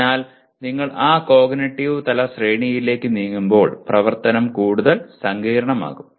അതിനാൽ നിങ്ങൾ ഈ കോഗ്നിറ്റീവ് തല ശ്രേണിയിലേക്ക് നീങ്ങുമ്പോൾ പ്രവർത്തനം കൂടുതൽ സങ്കീർണ്ണമാകും